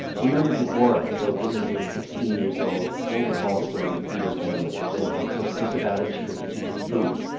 you remember deborah, the woman who, at sixteen years old, told a false story to feed her family, then felt so sick about it she couldn't eat the food.